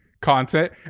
content